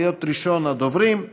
להיות ראשון הדוברים.